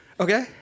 Okay